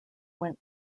went